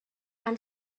han